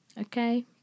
okay